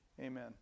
Amen